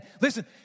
Listen